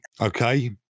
okay